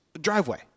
driveway